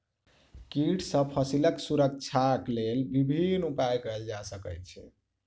कीट सॅ फसीलक सुरक्षाक लेल विभिन्न उपाय कयल जा सकै छै